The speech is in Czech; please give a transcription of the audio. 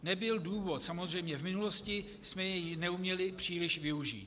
Nebyl důvod, samozřejmě, v minulosti jsme jej neuměli příliš využít.